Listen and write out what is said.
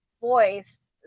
voice